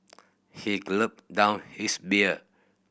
he down his beer